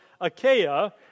Achaia